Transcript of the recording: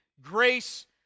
grace